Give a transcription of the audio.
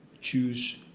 choose